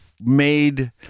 made